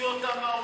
תוציאו אותם מהאולם.